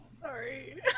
Sorry